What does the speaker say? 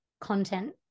content